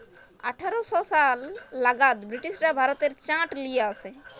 আঠার শ সাল লাগাদ বিরটিশরা ভারতেল্লে চাঁট লিয়ে আসে